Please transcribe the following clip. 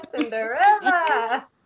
Cinderella